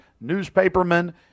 newspapermen